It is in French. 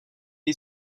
est